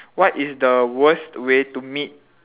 what is the worst way to meet